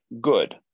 good